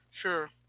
sure